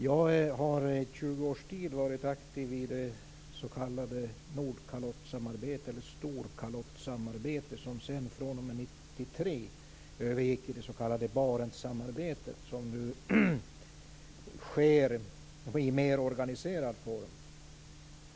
Jag har i 20 års tid varit aktiv i det s.k. Nordkalottssamarbetet eller Storkalottssamarbetet, som 1993 övergick i det s.k. Barentssamarbetet och som nu sker i mer organiserad form.